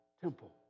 temple